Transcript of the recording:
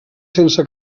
sense